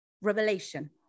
revelation